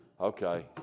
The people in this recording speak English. okay